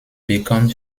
bekannt